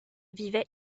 vivait